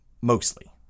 Mostly